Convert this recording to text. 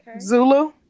Zulu